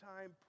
time